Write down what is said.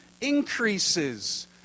increases